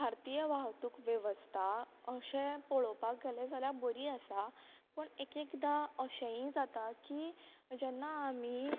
भारतीय वाहतूक वेवस्था आसता अशें पळोवपाक गेल्ले जाल्यार बरी आसा पूण एक एकदां अशेंय जाता की जेन्ना आमी